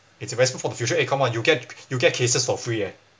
its investment for the future eh come on you get you get cases for free eh